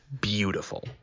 beautiful